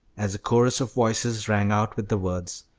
as a chorus of voices rang out with the words